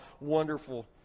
wonderful